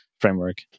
framework